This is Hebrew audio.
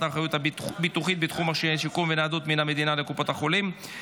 האחריות הביטוחית בתחום מכשירי שיקום וניידות מן המדינה לקופות החולים),